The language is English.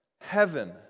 heaven